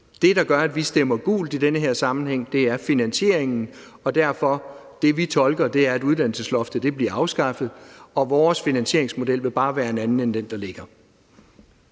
Det, der gør, at vi stemmer gult i den her sammenhæng, er finansieringen. Og det, vi tolker, er derfor, at uddannelsesloftet bliver afskaffet, og vores finansieringsmodel vil bare være en anden end den, der ligger.